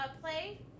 play